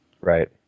Right